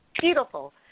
beautiful